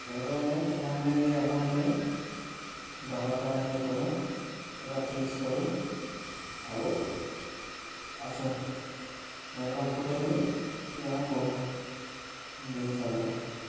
ତେର ନାଇଁ ତୁମର୍ ନେଇକି ଅମର୍ ନେଇ ବାର ଟଙ୍କା ଇଏ କରୁନ୍ ପୁରା ଫିକ୍ସ୍ କରୁନ୍ ଆଉ ଆସୁନ୍ ଆଡ଼୍ଭାନ୍ସ ପଠେଇଦେମି କି କଣା କହୁନ୍ ଏନ୍ତି ହିସାବ୍ରେ